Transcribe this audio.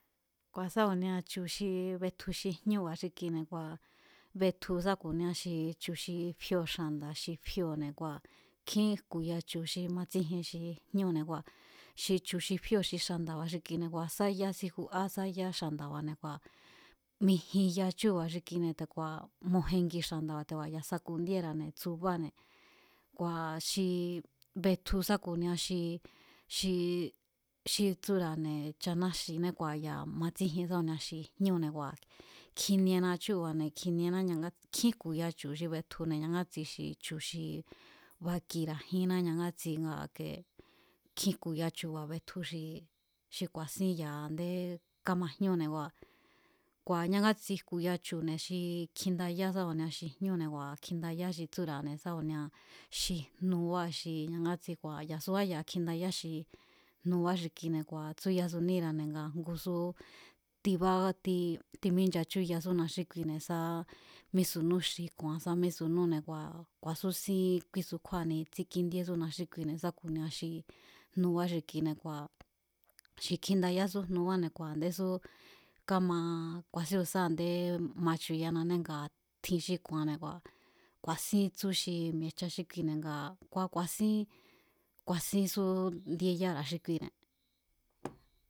Kua̱ sá ku̱naia chu̱ xi betju xi jñúba̱ xi kuine̱, betju sá ku̱nia xi chu̱ xi fíóo̱ xa̱nda̱ xi fíóo̱ne̱ kua̱ nkjín jku̱ya chu̱ xi matsíjien xi jñúne̱ kua xi chu̱ xi fíóo̱ xi xa̱nda̱ba̱ xi kuine̱ kua̱ sá ya síjua sá yá xa̱nda̱ba̱ne̱ kua̱ mijin ya chúu̱ba̱ xi kuine̱ te̱ku̱a̱ mojengi xa̱nda̱ba̱ te̱ku̱a̱ ya̱ sakundíéra̱ne̱ tsubáne̱, kua̱ xi betju sá ku̱ni xi, xi, xi tsúra̱ne̱ cha náxi̱ne kua̱ ya̱ matsíjien sá ku̱nia xi jñúne̱ kua̱ kjiniena chúba̱ne̱ kjiniená ñanga̱ts, nkjín jku̱ya chu̱ xi betjune̱ ñangátsi xi chu̱ xi bakira̱ jínná ñangátsi nga i̱ke ikjín jku̱ya chu̱ba̱ betju xi ku̱a̱sín ya̱a a̱ndé kámajñúne̱ kua̱, kua̱ ñangatsi jku̱ya chu̱ne̱ xi kjindayá sá ku̱nia xi jñúne̱ kua̱ kjindayá sa ku̱nia xi tsúra̱ xi jnubá xi ñangátsi kua̱ ya̱suá ya̱a kjindayá xi jnubá xi kine̱ kua̱ tsúyasuníra̱ne̱ ngaa̱ ngusu tíba̱á ti, timíncha chúyasúna xí kuine̱ sá mísunú xi ku̱a̱n sá mísunúne̱ kua̱ ku̱a̱súsín kuisu kjúáa̱ni stíkíndíésúna xí kuine̱ sa ku̱nia xi jnubá xi xi ki, xi kjindayású jnubane̱ kua̱ a̱ndésú káma ku̱a̱sín ku̱nisa a̱ndé machuyannane ngaa̱ tjin xí ku̱a̱nne̱ ku̱a̱síntsú xi mi̱e̱jcha xí kuine̱ ngaa̱ kua̱ ku̱a̱sín, ku̱a̱sín sú ndieyára̱ xi kuine̱.